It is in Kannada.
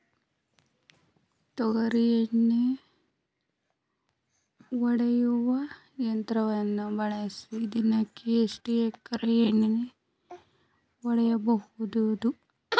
ತೊಗರಿ ಎಣ್ಣೆ ಹೊಡೆಯುವ ಯಂತ್ರವನ್ನು ಬಳಸಿ ದಿನಕ್ಕೆ ಎಷ್ಟು ಎಕರೆ ಎಣ್ಣೆ ಹೊಡೆಯಬಹುದು?